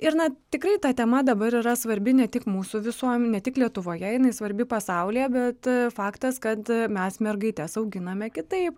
ir na tikrai ta tema dabar yra svarbi ne tik mūsų visuomen ne tik lietuvoje jinai svarbi pasaulyje bet faktas kad mes mergaites auginame kitaip